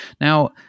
Now